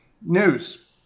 News